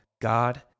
God